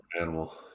animal